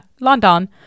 London